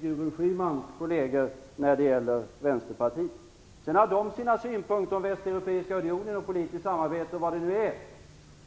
Gudrun Schymans kolleger i vänsterpartiet står för. De har visserligen sina synpunkter på Västeuropeiska unionen, på politiskt samarbete och vad det nu är.